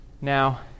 Now